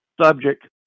subject